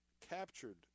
captured